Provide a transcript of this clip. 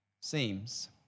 seems